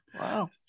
Wow